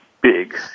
big